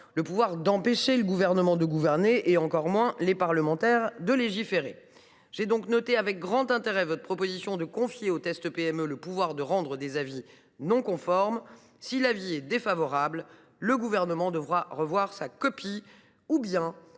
le pouvoir d’empêcher le Gouvernement de gouverner et, encore moins, les parlementaires de légiférer. J’ai donc noté avec grand intérêt votre proposition de permettre que le test débouche sur des avis non conformes. Si l’avis est défavorable, le Gouvernement devra revoir sa copie ou